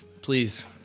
Please